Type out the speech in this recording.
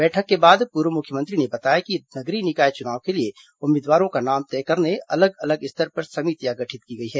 बैठक के बाद पूर्व मुख्यमंत्री ने बताया कि नगरीय निकाय चुनाव के लिए उम्मीदवारों का नाम तय करने अलग अलग स्तर पर समितियां गठित की गई हैं